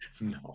No